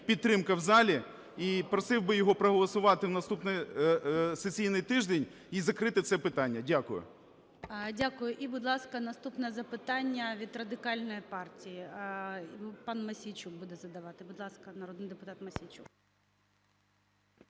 підтримка в залі. І просив би його проголосувати в наступний сесійний тиждень і закрити це питання. Дякую. ГОЛОВУЮЧИЙ. Дякую. І, будь ласка, наступне запитання від Радикальної партії пан Мосійчук буде задавати. Будь ласка, народний депутат Мосійчук.